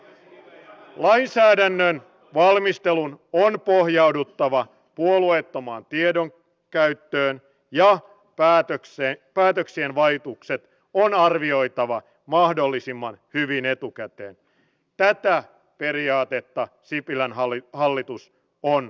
poliisikoulutuksen aloituspaikkojen väheneminen on ohjauduttava puolueettoman tiedon käyttöä ja päätökseen päätöksien vaikutukset kestämätön kehityssuunta kun samaan aikaan poliisien tehtävät lisääntyvät ja entisestään monimutkaistuvat